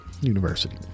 University